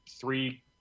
three